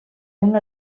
una